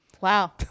Wow